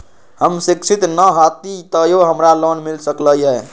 हम शिक्षित न हाति तयो हमरा लोन मिल सकलई ह?